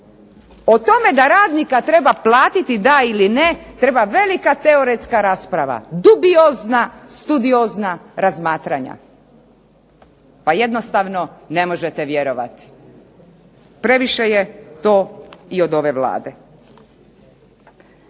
o tome da radnika treba platiti da ili ne treba velika teoretska rasprava, dubiozna, studiozna razmatranja. Pa jednostavno ne možete vjerovati. Previše je to i od ove Vlade.